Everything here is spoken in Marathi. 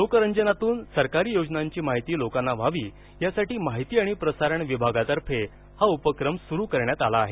लोकरंजनातून सरकारी योजनांची माहिती लोकांना व्हावी यासाठी माहिती आणि प्रसारण विभागातर्फे हा उपक्रम सुरु करण्यात आला आहे